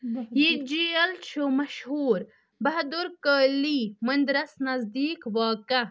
یہِ جیل چھُ مشہوٗر بہدُرکالی مندرَس نزدیٖک واقعہٕ